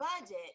budget